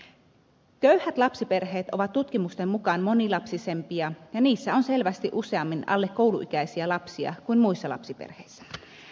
köyhät lapsiperheet ovat tutkimusten mukaan monilapsisempia ja niissä on selvästi useammin alle kouluikäisiä lapsia kuin muissa lapsiperheissä